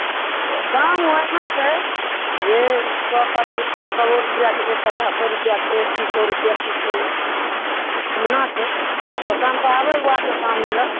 दाम ओहिना छै जे सए पचा सएओ रुपआके छै पचासो रुपआके छै तीसो रुपआके छै ओहिना छै दोकान पर आबैके बादमे दाम मिलत